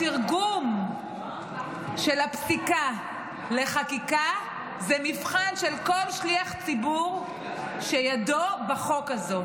התרגום של הפסיקה לחקיקה זה מבחן של כל שליח ציבור שידו בחוק הזה.